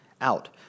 out